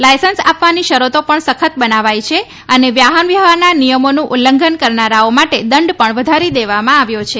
licence આપવાની શરતો પણ સખત બનાવાઈ છે અને વાહન વ્યવહારના નિયમોનું ઉલ્લંઘન કરનારાઓ માટે દંડ પણ વધારી દેવામાં આવ્યો છે